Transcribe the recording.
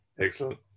Excellent